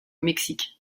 mexique